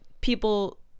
people